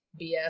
BS